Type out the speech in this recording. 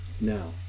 now